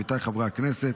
עמיתיי חברי הכנסת,